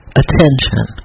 attention